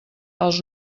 els